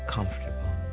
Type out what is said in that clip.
Comfortable